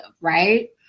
right